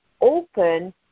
open